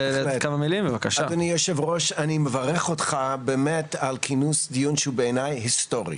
אדוני היושב ראש אני מברך אותך על כינוס דיון שהוא בעיני היסטורי.